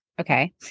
Okay